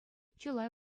чылай